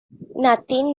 nothing